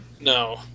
no